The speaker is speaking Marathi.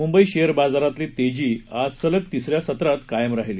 मुंबई शेअर बाजारातली तेजी आज सलग तिसऱ्या सत्रात कायम राहिली